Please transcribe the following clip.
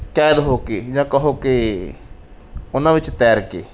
ਕੈਦ ਹੋ ਕੇ ਜਾਂ ਕਹੋ ਕਿ ਉਹਨਾਂ ਵਿੱਚ ਤੈਰ ਕੇ